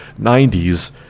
90s